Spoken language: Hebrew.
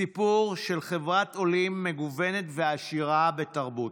סיפור של חברת עולים מגוונת ועשירה בתרבות,